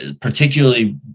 particularly